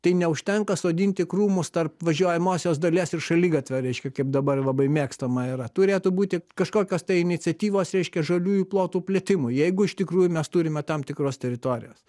tai neužtenka sodinti krūmus tarp važiuojamosios dalies ir šaligatvio reiškia kaip dabar labai mėgstama yra turėtų būti kažkokios tai iniciatyvos reiškia žaliųjų plotų plėtimui jeigu iš tikrųjų mes turime tam tikros teritorijos